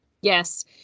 Yes